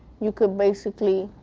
you could basically